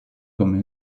come